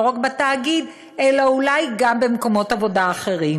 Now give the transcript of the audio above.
לא רק בתאגיד אלא אולי גם במקומות עבודה אחרים,